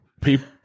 People